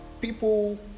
people